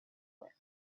whip